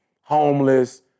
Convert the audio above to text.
homeless